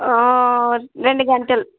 రెండు గంటలు